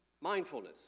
Mindfulness